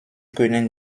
können